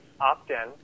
opt-in